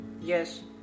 Yes